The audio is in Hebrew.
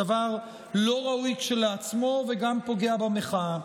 הדבר לא ראוי כשלעצמו וגם פוגע במחאה.